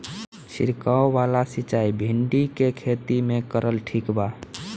छीरकाव वाला सिचाई भिंडी के खेती मे करल ठीक बा?